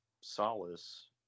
solace